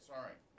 Sorry